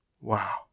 Wow